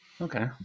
Okay